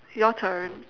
your turn